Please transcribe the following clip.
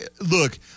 look